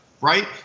right